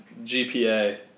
GPA